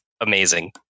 amazing